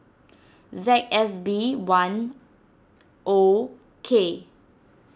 Z S B one O K